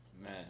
man